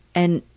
and,